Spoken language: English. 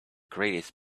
greatest